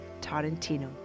Tarantino